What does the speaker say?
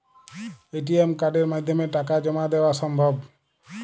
ATM কার্ডের মাধ্যমে টাকা জমা দেওয়া সম্ভব?